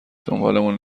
دنبالمون